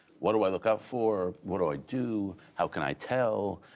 what do i look out for? what do i do? how can i tell?